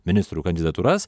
ministrų kandidatūras